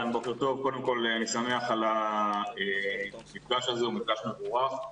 אני שמח על המפגש הזה, הוא מפגש מבורך.